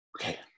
Okay